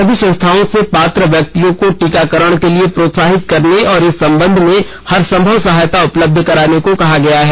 सभी संस्थाओं से पात्र व्यक्तियों को टीकाकरण के लिए प्रोत्साहित करने और इस संबंध में हर संभव सहायता उपलब्ध कराने को कहा गया है